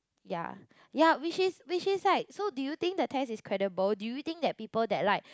ya ya which is which is like so do you think the test is credible do you think that people that like